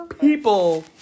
people